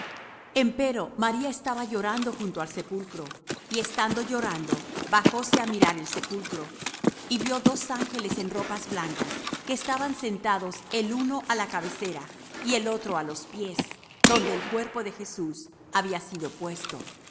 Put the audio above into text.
suyos empero maría estaba fuera llorando junto al sepulcro y estando llorando bajóse á mirar el sepulcro y vió dos ángeles en ropas blancas que estaban sentados el uno á la cabecera y el otro á los pies donde el cuerpo de jesús había sido puesto